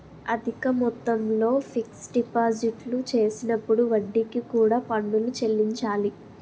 అధిక మొత్తంలో ఫిక్స్ డిపాజిట్లు చేసినప్పుడు వడ్డీకి కూడా పన్నులు చెల్లించాలి